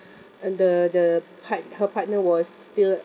uh the the part~ her partner was still